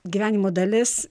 gyvenimo dalis